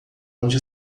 onde